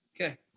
Okay